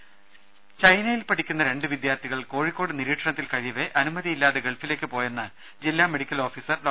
അതിനിടെ ചൈനയിൽ പഠിക്കുന്ന രണ്ടു വിദ്യാർഥികൾ കോഴിക്കോട്ട് നിരീക്ഷണത്തിൽ കഴിയവെ അനുമതിയില്ലാതെ ഗൾഫിലേക്ക് പോയെന്ന് ജില്ലാ മെഡിക്കൽ ഓഫീസർ ഡോ